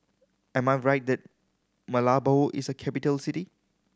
am I right that Malabo is a capital city